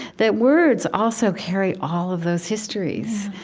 that words also carry all of those histories.